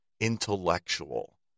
intellectual